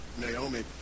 Naomi